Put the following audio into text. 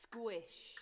Squish